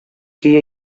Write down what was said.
көе